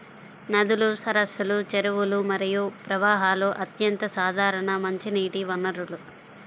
నదులు, సరస్సులు, చెరువులు మరియు ప్రవాహాలు అత్యంత సాధారణ మంచినీటి వనరులు